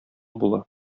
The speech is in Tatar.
була